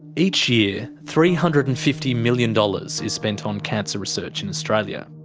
each year, three hundred and fifty million dollars is spent on cancer research in australia.